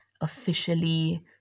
officially